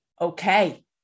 okay